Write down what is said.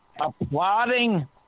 applauding